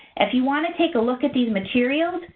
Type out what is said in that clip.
if you want to take a look at these materials,